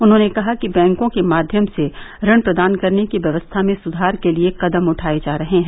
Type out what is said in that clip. उन्होंने कहा कि बैंकों के माध्यम से ऋण प्रदान करने की व्यवस्था में सुधार के लिए कदम उठाए जा रहे हैं